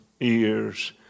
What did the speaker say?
ears